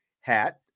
hat